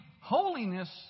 holiness